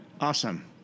awesome